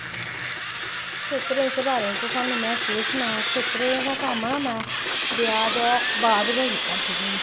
खेत्तरें च बारे च थुआनू में केह् सनांऽ खेत्तरें दा कम्म ना में ब्याह् दे बाद गै कीता शुरू